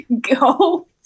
go